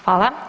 Hvala.